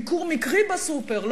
ביקור מקרי בסופר,